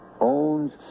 owns